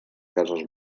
cases